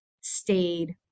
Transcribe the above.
stayed